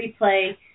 replay